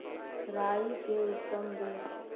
राई के उतम बिज?